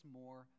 more